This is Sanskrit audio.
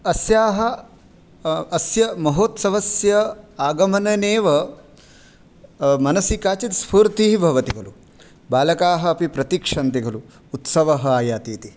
अस्याः अस्य महोत्सवस्य आगमनेनैव मनसि काचित् स्फूर्तिः भवति खलु बालकाः अपि प्रतीक्षन्ते खलु उत्सवः आयाति इति